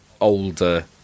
older